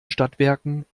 stadtwerken